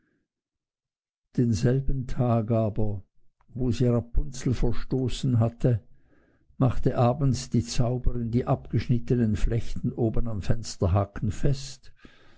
denselben tag aber wo sie rapunzel verstoßen hatte machte abends die zauberin die abgeschnittenen flechten oben am fensterhaken fest